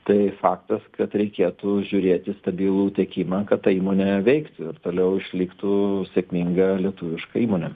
tai faktas kad reikėtų žiūrėt į stabilų tiekimą kad ta įmonė veiktų ir toliau išliktų sėkminga lietuviška įmonė